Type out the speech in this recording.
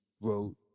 wrote